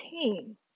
team